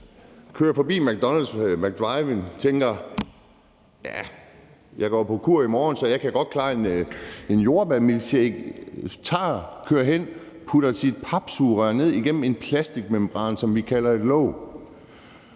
kører forbi en McDrive og tænker: Ja, jeg går på kur i morgen, så jeg kan godt klare en jordbærmilkshake. Man kører derhen, putter sit papsugerør igennem en plastikmembran, som vi kalder et låg,